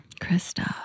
Kristoff